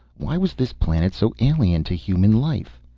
why was this planet so alien to human life?